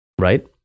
right